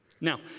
Now